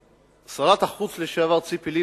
ששרת החוץ לשעבר, ציפי לבני,